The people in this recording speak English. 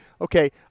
okay